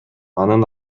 анын